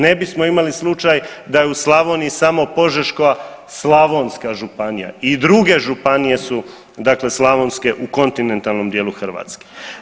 Ne bismo imali slučaj da je u Slavoniji samo Požeška-slavonska županija i druge županije su dakle slavonske u kontinentalnom dijelu Hrvatske.